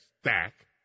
stack